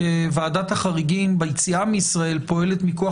כי ועדת החריגים ביציאה מישראל פועלת מכוח